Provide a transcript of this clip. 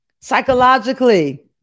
Psychologically